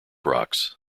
rocks